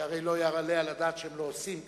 שהרי לא יעלה על הדעת שהם לא עושים כך.